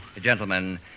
Gentlemen